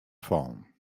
fallen